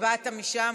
הצבעת משם,